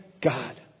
God